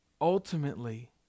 ultimately